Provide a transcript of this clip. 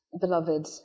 Beloved